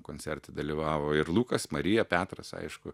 koncerte dalyvavo ir lukas marija petras aišku